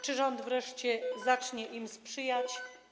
Czy rząd wreszcie zacznie im sprzyjać?